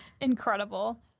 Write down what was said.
Incredible